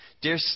Dear